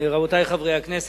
רבותי חברי הכנסת,